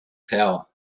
tower